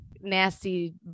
nasty